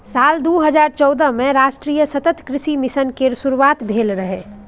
साल दू हजार चौदह मे राष्ट्रीय सतत कृषि मिशन केर शुरुआत भेल रहै